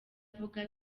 avuga